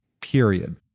period